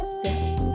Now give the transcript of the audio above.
Step